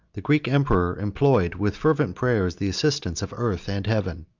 the greek emperor implored with fervent prayers the assistance of earth and heaven.